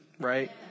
right